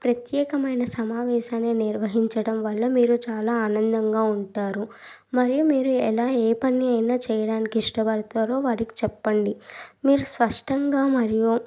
ఒక ప్రత్యేకమైన సమావేశాన్ని నిర్వహించడం వల్ల మీరు చాలా ఆనందంగా ఉంటారు మరియు మీరు ఎలా ఏ పని అయినా చేయడానికి ఇష్టపడతారో వారికి చెప్పండి మీరు స్పష్టంగా మరియు